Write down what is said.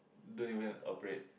don't even operate